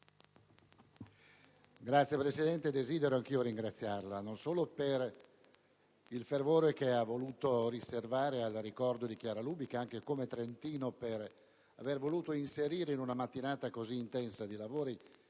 Signor Presidente, desidero anche io ringraziarla non solo per il fervore che ha voluto riservare al ricordo di Chiara Lubich ma anche, come trentino, per aver voluto inserire in una mattinata così intensa di lavori